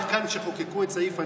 מהמערך כאן כשחוקקו את סעיף הנכד?